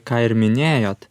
ką ir minėjot